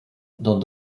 dans